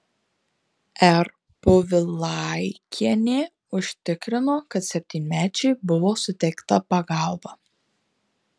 r povilaikienė užtikrino kad septynmečiui buvo suteikta pagalba